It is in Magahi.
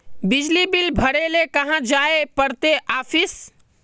बिजली बिल भरे ले कहाँ जाय पड़ते ऑफिस?